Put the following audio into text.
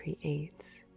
creates